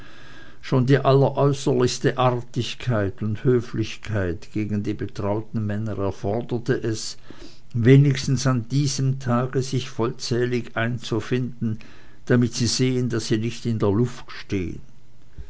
schon die alleräußerlichste artigkeit und höflichkeit gegen die betrauten männer erforderte es wenigstens an diesem tage sich vollzählig einzufinden damit sie sehen daß sie nicht in der luft stehen